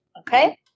Okay